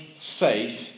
faith